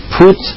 put